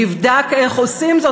הצליח דווקא, נבדק איך עושים זאת?